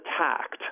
attacked